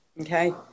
okay